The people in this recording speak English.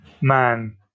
man